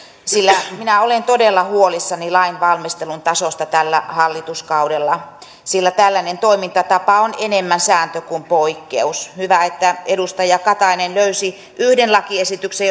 sillä minä olen todella huolissani lainvalmistelun tasosta tällä hallituskaudella sillä tällainen toimintatapa on enemmän sääntö kuin poikkeus hyvä että edustaja katainen löysi yhden lakiesityksen